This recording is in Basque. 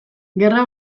gerra